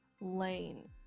Lane